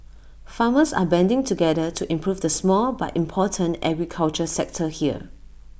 farmers are banding together to improve the small but important agriculture sector here